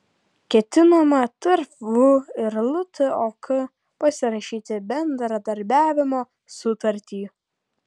ketinama tarp vu ir ltok pasirašyti bendradarbiavimo sutartį